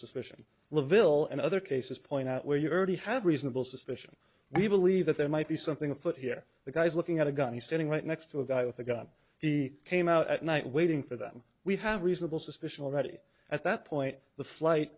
suspicion laville and other cases point out where you early have reasonable suspicion we believe that there might be something afoot here the guy's looking at a gun he's standing right next to a guy with a gun he came out at night waiting for them we have reasonable suspicion already at that point the flight